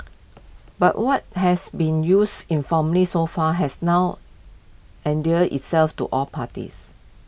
but what has been used informally so far has now endeared itself to all parties